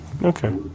Okay